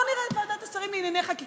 בואו נראה את ועדת השרים לענייני חקיקה,